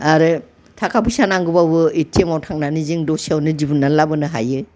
आरो थाखा फैसा नांगौब्लाबो एटिएमआव थांनानै जों दसेयाव दिहुनना लाबोनो हायो